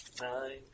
Nine